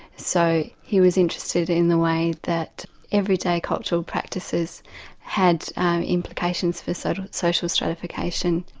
so he was interested in the way that everyday cultural practices had implications for sort of social stratification,